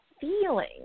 feeling